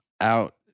out